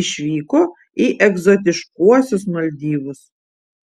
išvyko į egzotiškuosius maldyvus